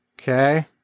okay